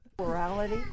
morality